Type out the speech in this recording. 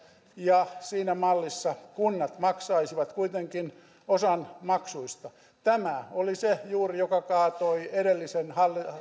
ja siinä mallissa kunnat maksaisivat kuitenkin osan maksuista tämä oli juuri se joka kaatoi edellisen